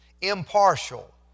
impartial